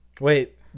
Wait